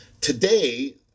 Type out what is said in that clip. today